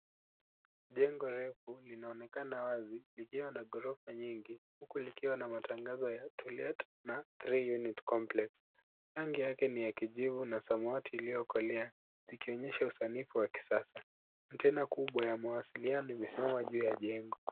Jengo refu linaonekana wazi, likiwa na ghorofa nyingi, huku likiwa na matangazo ya to let na 3 unit complex . Rangi yake ni ya kijivu na samawati iliyokolea, ikionyesha usanifu wa kisasa. Antena kubwa ya mawasiliano imesimama juu ya jengo.